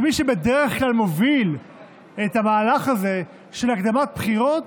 מי שבדרך כלל מוביל את המהלך הזה של הקדמת בחירות